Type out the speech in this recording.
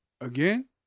Again